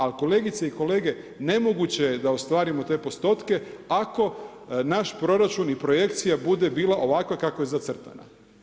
A kolegice i kolege, nemoguće je da ostvarimo te postotke, ako naš proračun i projekcija bude bila ovakva kako je zacrtana.